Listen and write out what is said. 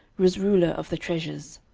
was ruler of the treasures.